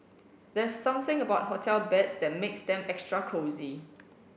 there's something about hotel beds that makes them extra cosy